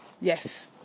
yes